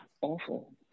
Awful